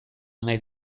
naiz